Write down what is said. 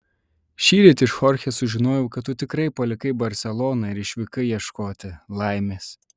šįryt iš chorchės sužinojau kad tu tikrai palikai barseloną ir išvykai ieškoti laimės